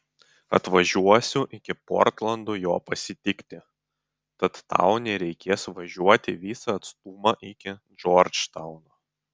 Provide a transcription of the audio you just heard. atvažiuosiu iki portlando jo pasitikti tad tau nereikės važiuoti viso atstumo iki džordžtauno